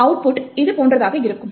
output இதுபோன்றதாக இருக்கும்